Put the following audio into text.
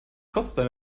kostet